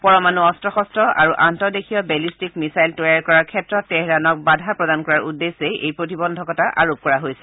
পৰমাণু অস্বশন্ত্ৰ আৰু আন্তঃদেশীয় বেলিষ্টিক মিছাইল তৈয়াৰ কৰাৰ ক্ষেত্ৰত তেহৰানক বাধা প্ৰদান কৰাৰ উদ্দেশ্যেই এই প্ৰতিবন্ধকতা আৰোপ কৰা হৈছে